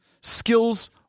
Skills